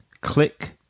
Click